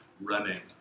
running